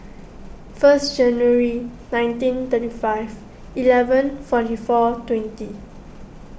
first January nineteen thirty five eleven forty four twenty